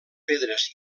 pedres